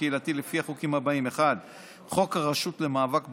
קהילתי לפי החוקים הבאים: 1. חוק הרשות למאבק באלימות,